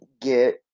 get